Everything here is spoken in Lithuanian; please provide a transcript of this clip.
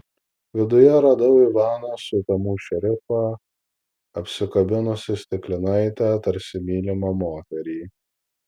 viduje radau ivaną sutemų šerifą apsikabinusį stiklinaitę tarsi mylimą moterį